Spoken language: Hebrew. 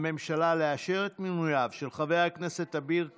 הממשלה לאשר את מינויו של חבר הכנסת אביר קארה,